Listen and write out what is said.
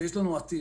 שיש לנו עתיד.